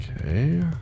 Okay